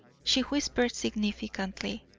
she whispered significantly